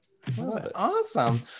Awesome